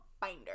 binder